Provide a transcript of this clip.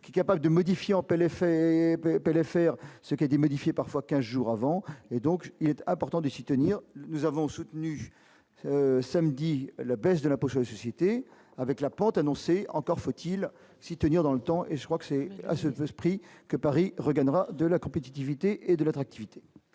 qui est capable de modifier en paix les faits faire ce qui a été modifié, parfois 15 jours avant et donc il était important d'ici tenir nous avons soutenu samedi la baisse de la poche société avec la pente, encore faut-il s'y tenir dans le temps et je crois que c'est à ce prix que Paris regagnera de la compétitivité et de l'attractivité.